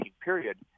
period